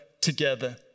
together